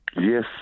Yes